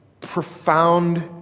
profound